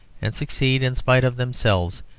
and succeeding, in spite of themselves,